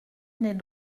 n’est